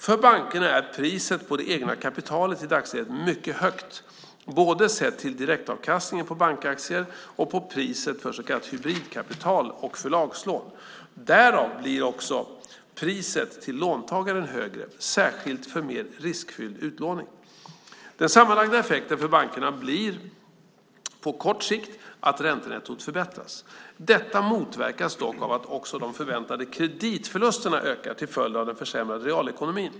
För bankerna är priset på det egna kapitalet i dagsläget mycket högt, både sett till direktavkastningen på bankaktier och på priset för så kallat hybridkapital och förlagslån. Därav blir också priset till låntagaren högre, särskilt för mer riskfylld utlåning. Den sammanlagda effekten för bankerna blir på kort sikt att räntenettot förbättras. Detta motverkas dock av att också de förväntade kreditförlusterna ökar till följd av den försämrade realekonomin.